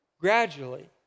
gradually